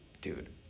dude